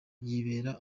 yibera